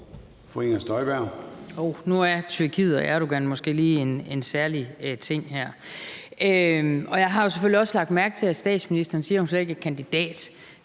Nu er Tyrkiet og Erdogan måske lige en særlig ting her. Jeg har selvfølgelig også lagt mærke til, at statsministeren siger, at hun slet ikke er kandidat